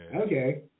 Okay